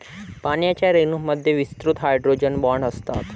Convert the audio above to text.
पाण्याच्या रेणूंमध्ये विस्तृत हायड्रोजन बॉण्ड असतात